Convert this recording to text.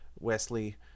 Wesley